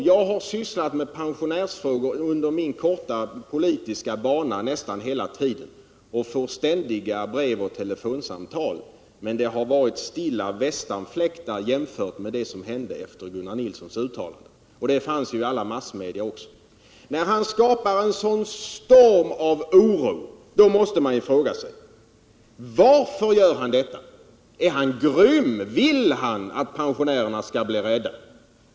Jag har sysslat med pensionärsfrågor under nästan hela min korta politiska bana, och jag får ständigt brev och telefonsamtal, men det har varit stilla västanfläktar jämfört med det som hände efter Gunnar Nilssons uttalande, som också återgavs i alla massmedia. När han skapar en sådan storm av oro måste man ställa frågan: Varför gör han detta? Är han grym? Vill han att pensionärerna skall bli rädda?